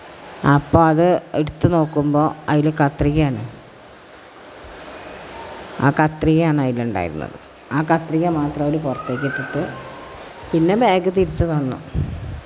അപ്പം അത് എടുത്ത് നോക്കുമ്പോൾ അതിൽ കത്രികയാണ് ആ കത്രികയാണ് അതിലുണ്ടായിരുന്നത് ആ കത്രിക മാത്രം അവർ പുറത്തേക്കിട്ടിട്ട് പിന്നെ ബാഗ് തിരിച്ച് തന്നു